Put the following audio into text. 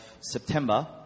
September